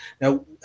Now